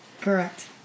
Correct